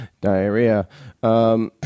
diarrhea